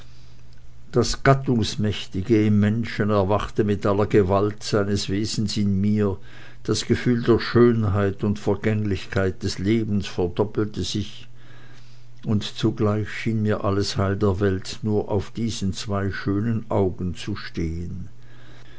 das gattungsmäßige im menschen erwachte mit aller gewalt seines wesens in mir das gefühl der schönheit und vergänglichkeit des lebens verdoppelte sich und zugleich schien mir alles heil der welt nur auf diesen zwei schönen augen zu stehen